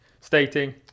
stating